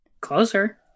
Closer